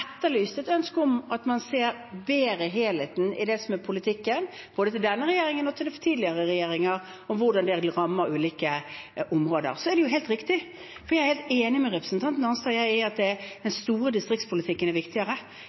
ønske om å se helheten bedre i det som er politikken – både til denne regjeringen og til tidligere regjeringer – og hvordan det vil ramme ulike områder. Så er det helt riktig, jeg er helt enig med representanten Arnstad i, at den store distriktspolitikken er viktigere.